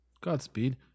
Godspeed